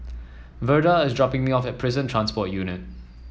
Verda is dropping me off at Prison Transport Unit